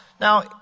Now